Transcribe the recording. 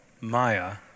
Maya